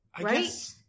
Right